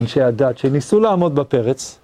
אנשי הדת שניסו לעמוד בפרץ